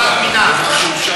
מרב מיכאלי,